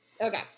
Okay